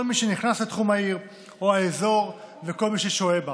מי שנכנס לתחום העיר או האזור וכל מי ששוהה בהם.